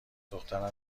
دخترم